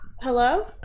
Hello